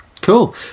cool